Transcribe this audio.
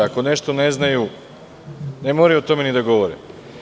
Ako nešto ne znaju, ne moraju o tome ni da govore.